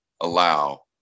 allow